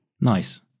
Nice